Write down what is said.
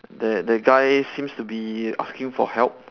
the the guy seems to be asking for help